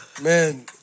Man